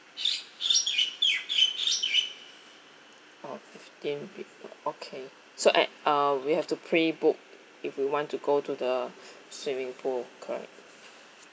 oh fifteen people okay so at uh we have to pre-book if we want to go to the swimming pool correct